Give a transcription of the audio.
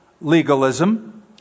legalism